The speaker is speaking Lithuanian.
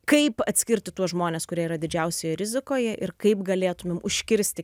kaip atskirti tuos žmones kurie yra didžiausioje rizikoje ir kaip galėtumėm užkirsti